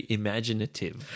imaginative